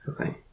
Okay